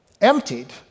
emptied